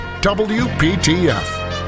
WPTF